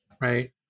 right